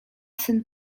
syn